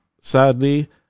sadly